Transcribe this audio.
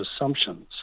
assumptions